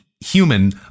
human